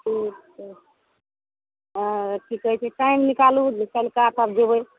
ठीक छै ओ की कहै छै टाइम निकालू जे काल्हिका तब जेबै